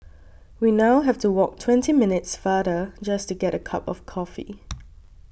we now have to walk twenty minutes farther just to get a cup of coffee